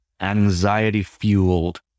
anxiety-fueled